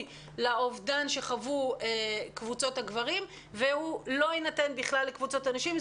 לאובדן שחוו קבוצות הגברים ולא יינתן בכלל לקבוצות הנשים.